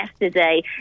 yesterday